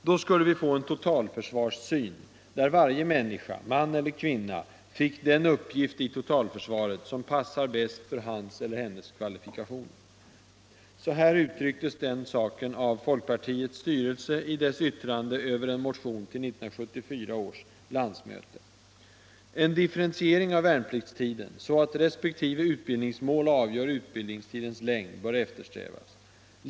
Då skulle vi få en totalförsvarssyn där varje människa — man eller kvinna — fick den uppgift i totalförsvaret som passar bäst för hans eller hennes kvalifikationer. Så här uttrycktes den saken av folkpartiets styrelse i dess yttrande över en motion till 1974 års landsmöte: ”En differentiering av värnpliktstiden, så att respektive utbildningsmål avgör utbildningstidens längd, bör eftersträvas.